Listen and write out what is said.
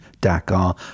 Dakar